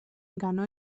ganó